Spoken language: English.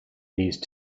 these